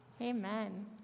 Amen